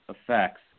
effects